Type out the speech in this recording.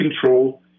control